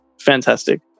fantastic